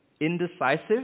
Indecisive